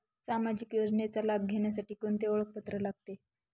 सामाजिक योजनेचा लाभ घेण्यासाठी कोणते ओळखपत्र लागते?